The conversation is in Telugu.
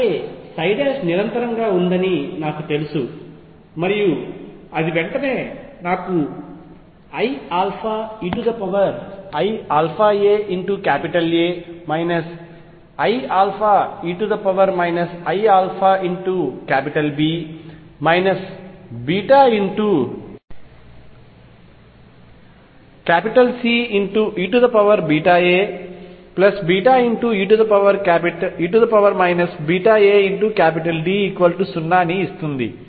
అలాగే ψ కంటిన్యూస్ గా ఉందని నాకు తెలుసు మరియు అది వెంటనే నాకు ieiαaA ie iαB Ceβae βaD0 ని ఇస్తుంది